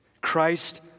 Christ